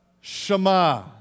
Shema